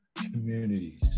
communities